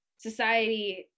society